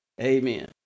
Amen